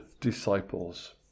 disciples